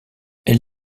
elle